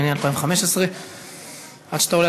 התשע"ה 2015. עד שאתה עולה,